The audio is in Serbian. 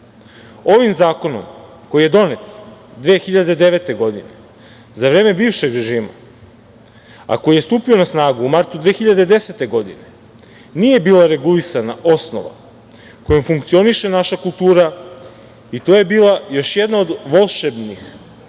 zakonom koji je donet 2009. godine za vreme bivšeg režima, a koji je stupio na snagu u martu 2010. godine, nije bila regulisana osnova kojom funkcioniše naša kultura i to je bila još jedna od volšebnih